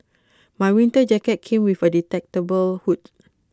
my winter jacket came with A detachable hood